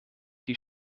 die